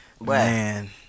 man